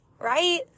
Right